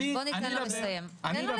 תן לו לסיים.